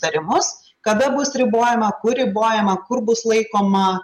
tarimus kada bus ribojama kur ribojama kur bus laikoma